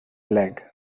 leg